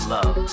Love